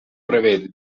prevede